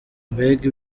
mbega